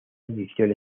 edición